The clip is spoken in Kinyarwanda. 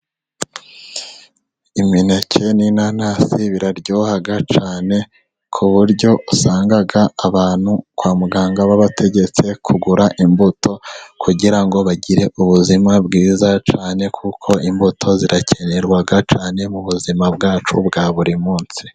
Imineke n'inanasi biraryoha cyane, ku buryo usanga abantu kwa muganga babategetse kugura imbuto kugira ngo bagire ubuzima bwiza cyane, kuko imbuto zirakenerwa cyane mu buzima bwacu bwa buri munsi.